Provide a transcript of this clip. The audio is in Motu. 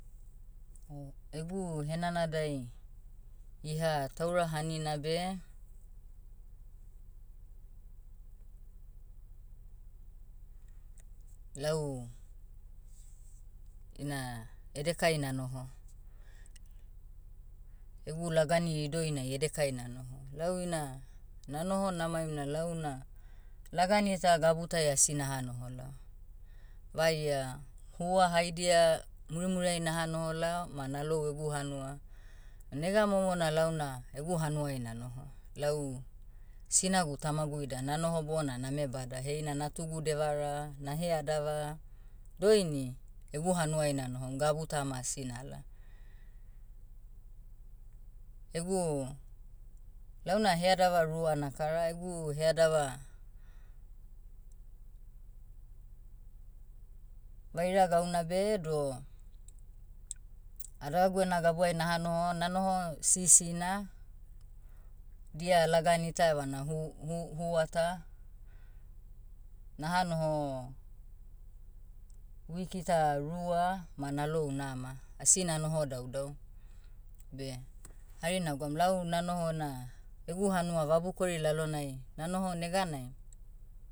Egu henanadai, iha taura hanina beh, lau, ina edekai nanoho. Egu lagani idoinai edekai nanoho. Lau ina, nanoho namaim na lau na, lagani ta gabutai asi naha noho lao. Vaia, hua haidia, murimuriai naha noho lao ma nalou egu hanua. Nega momo na launa egu hanuai nanoho. Lau, sinagu tamagu ida nanoho bona name bada heina natugu devara, naheadava, doini, egu hanuai nanohom gabuta ma asi nala. Egu, launa headava rua nakara egu headava, vaira gauna beh doh, adavagu ena gabuai naha noho nanoho sisina, dia lagani ta evana hu- hu- hua ta. Naha noho, wiki ta rua, ma nalou nama. Asi nanoho daudau. Beh, hari nagwaum lau nanoho na, egu hanua vabukori lalonai, nanoho neganai,